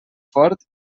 fort